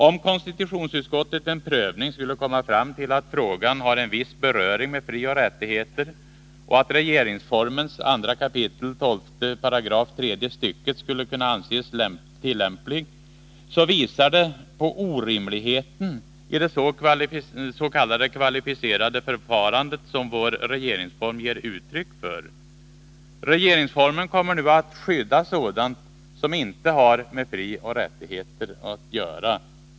Om konstitutionsutskottet vid en prövning skulle komma fram till att frågan har en viss beröring med frioch rättigheter och att regeringsformens 2 kap. 12 § tredje stycket skulle anses tillämpligt, så visar det på orimligheten i det s.k. kvalificerade förfarande som vår regeringsform ger uttryck för. Regeringsformen kommer nu att skydda sådant som inte har med frioch rättigheter att göra.